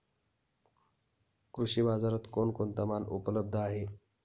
कृषी बाजारात कोण कोणता माल उपलब्ध आहे?